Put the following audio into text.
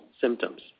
symptoms